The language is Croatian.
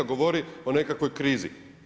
Govori o nekakvoj krizi.